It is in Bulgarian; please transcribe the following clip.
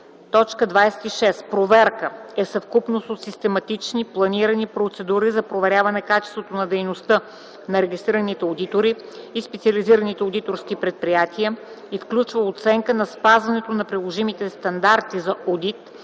одита. 26. „Проверка” е съвкупност от систематични, планирани процедури за проверяване качеството на дейността на регистрираните одитори и специализирани одиторски предприятия и включва оценка на спазването на приложимите стандарти за одит и